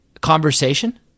conversation